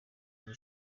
muri